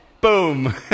boom